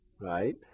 right